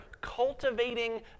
cultivating